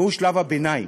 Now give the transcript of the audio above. והוא שלב הביניים,